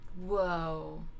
Whoa